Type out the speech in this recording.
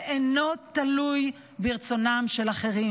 שאינו תלוי ברצונם של אחרים.